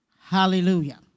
Hallelujah